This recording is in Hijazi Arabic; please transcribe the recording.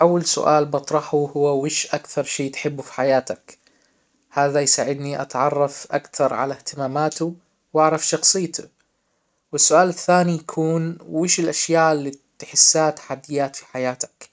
اول سؤال بطرحه هو ويش اكثر شي تحبه في حياتك؟ هذا يساعدني اتعرف اكثر على اهتماماته واعرف شخصيته. والسؤال الثاني يكون وايش الاشياء إللى تحسها تحديات في حياتك؟